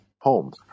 homes